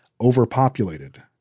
overpopulated